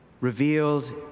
revealed